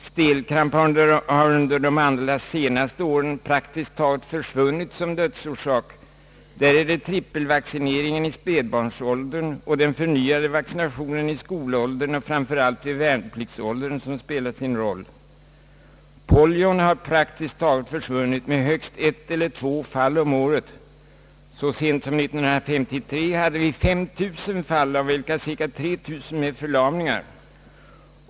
Stelkramp har under de allra senaste åren praktiskt taget försvunnit som dödsorsak. Där är det trippelvaccineringen i spädbarnsåldern och den förnyade vaccinationen i skolåldern och framför allt i värnpliktsåldern som spelat roll. Polion har praktiskt taget försvunnit med högst ett eller två fall om året. Så sent som 1953 hade vi 5000 fall, av vilka cirka 3 000 med förlamningar.